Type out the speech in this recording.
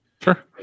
Sure